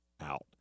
out